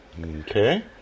Okay